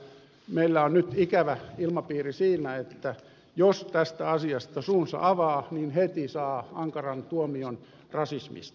meillä on nyt ikävä ilmapiiri siinä että jos tästä asiasta suunsa avaa niin heti saa ankaran tuomion rasismista